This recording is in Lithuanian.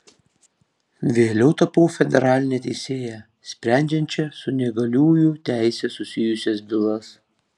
vėliau tapau federaline teisėja sprendžiančia su neįgaliųjų teise susijusias bylas